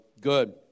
good